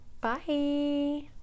Bye